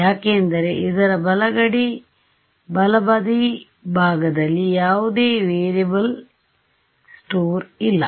ಯಾಕೆಂದರೆ ಇದರ ಬಲಗಡಿ ಭಾಗದಲ್ಲಿ ಯಾವುದೇ ವೇರಿಯಬಲ್ ಸ್ಟೋರ್ ಇಲ್ಲ